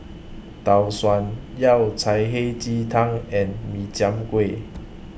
Tau Suan Yao Cai Hei Ji Tang and Min Chiang Kueh